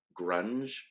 grunge